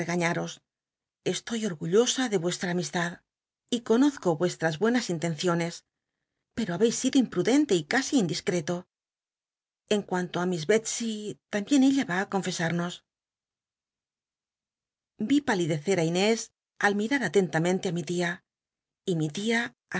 etoy orgullosa de yuestra amistad y conozco uestras buenas intenciones pero habcis sido imprudente y casi indiscreto en cuanto á miss bcl sey tambicn ella va li confesal'llos yi palidecer i inés al mirar atentamente ti mi tia y mi tia